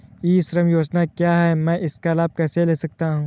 ई श्रम योजना क्या है मैं इसका लाभ कैसे ले सकता हूँ?